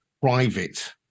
private